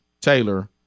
Taylor